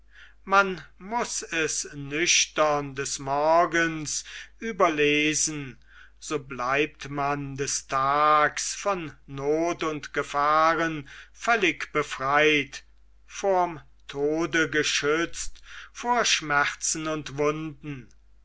man muß es nüchtern des morgens überlesen so bleibt man des tags von not und gefahren völlig befreit vorm tode geschützt vor schmerzen und wunden